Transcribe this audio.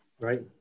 Right